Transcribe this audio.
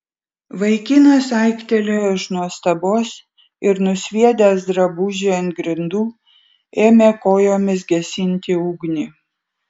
vaikinas aiktelėjo iš nuostabos ir nusviedęs drabužį ant grindų ėmė kojomis gesinti ugnį